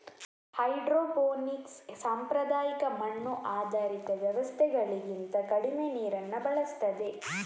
hydroponics ಸಾಂಪ್ರದಾಯಿಕ ಮಣ್ಣು ಆಧಾರಿತ ವ್ಯವಸ್ಥೆಗಳಿಗಿಂತ ಕಡಿಮೆ ನೀರನ್ನ ಬಳಸ್ತದೆ